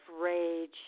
rage